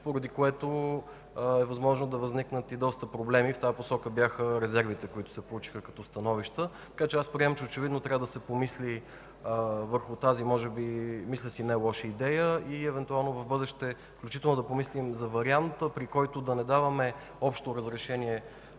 поради което е възможно да възникнат и доста проблеми. В тази посока бяха резервите, които се получиха като становища. Аз приемам, че очевидно трябва да се помисли върху тази, мисля си, нелоша идея и евентуално в бъдеще включително да помислим и за вариант, при който да не даваме общо разрешение